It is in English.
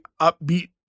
upbeat